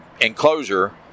enclosure